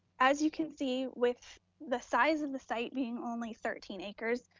as you can see, with the size of the site being only thirteen acres,